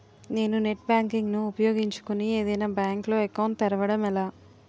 నేను net banking ను ఉపయోగించుకుని ఏదైనా బ్యాంక్ లో అకౌంట్ తెరవడం ఎలా?